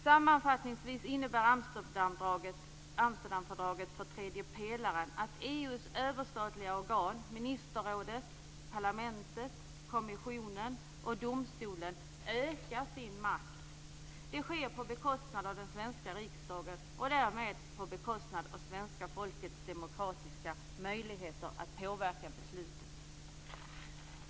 Sammanfattningsvis innebär Amsterdamfördraget för tredje pelaren att EU:s överstatliga organ - ministerrådet, parlamentet, kommissionen och domstolen - ökar sin makt. Det sker på bekostnad av den svenska riksdagen och därmed på bekostnad av svenska folkets demokratiska möjligheter att påverka beslutet.